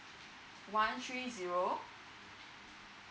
one three zero